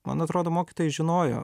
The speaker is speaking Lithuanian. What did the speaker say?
man atrodo mokytojai žinojo